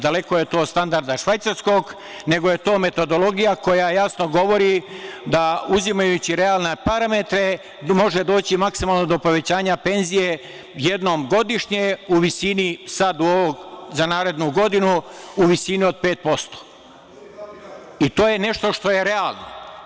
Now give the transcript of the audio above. Daleko je to od standarda švajcarskog, nego je to metodologija koja jasno govori da, uzimajući realne parametre, može doći maksimalno do povećanja penzije jednom godišnje u visini, sad za narednu godinu, u visini od 5%. to je nešto što je realno.